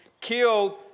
killed